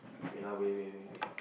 wait lah wait wait wait wait